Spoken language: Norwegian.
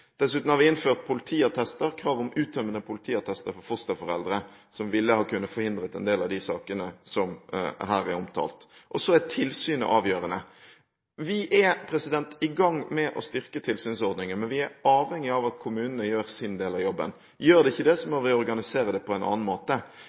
Dessuten har vi innført politiattester, krav om uttømmende politiattester for fosterforeldre, som ville ha kunnet forhindre en del av de sakene som her er omtalt. Tilsynet er også avgjørende. Vi er i gang med å styrke tilsynsordningen, men vi er avhengige av at kommunene gjør sin del av jobben. Gjør de ikke det,